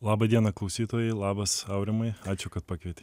laba diena klausytojai labas aurimai ačiū kad pakvietei